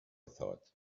thought